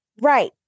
Right